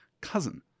cousin